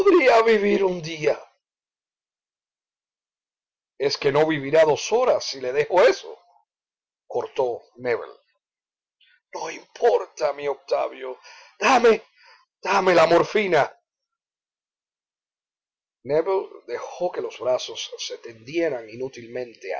podría vivir un día es que no vivirá dos horas si le dejo eso cortó nébel no importa mi octavio dame dame la morfina nébel dejó que los brazos se tendieran inútilmente